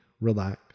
relax